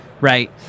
right